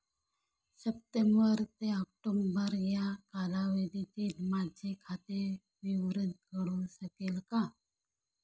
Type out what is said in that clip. September ते October या कालावधीतील माझे खाते विवरण कळू शकेल का?